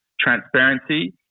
transparency